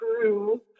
true